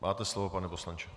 Máte slovo, pane poslanče.